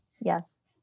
Yes